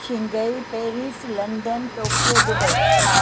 Shanghai Paris London Tokyo Dubai